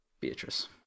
beatrice